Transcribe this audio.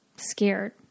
Scared